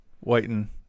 waiting